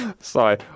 Sorry